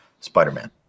Spider-Man